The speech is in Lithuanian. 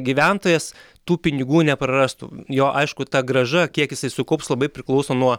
gyventojas tų pinigų neprarastų jo aišku ta grąža kiek jisai sukaups labai priklauso nuo